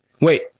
Wait